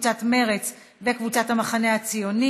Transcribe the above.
קבוצת סיעת מרצ וקבוצת סיעת המחנה הציוני.